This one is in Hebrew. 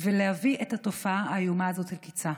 ולהביא את התופעה האיומה הזאת אל קיצה.